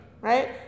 right